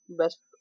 best